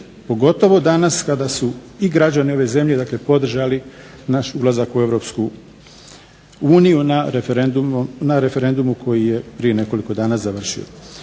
pogotovo danas kada su i građani ove zemlje podržali naš ulazak u EU na referendumu koji je prije nekoliko dana završio.